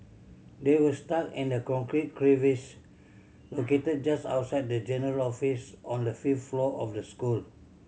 they were stuck in the concrete crevice located just outside the general office on the fifth floor of the school